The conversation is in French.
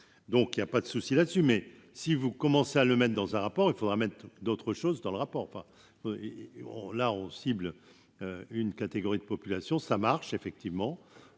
donc il y a pas de souci là-dessus, mais si vous commencez à le mettent dans un rapport, il faudra mettre d'autres choses dans le rapport enfin et et on l'a, on cible une catégorie de population ça marche effectivement